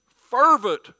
fervent